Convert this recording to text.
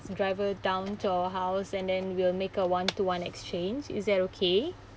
a driver down to our house and then we'll make a one to one exchange is that okay